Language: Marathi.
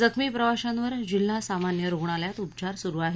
जखमी प्रवाश्यांवर जिल्हा सामान्य रुग्णालयात उपचार सुरू आहेत